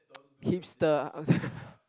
hipster oh the